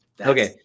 Okay